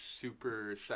super